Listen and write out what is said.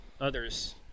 others